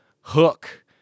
hook